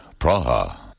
Praha